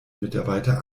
mitarbeiter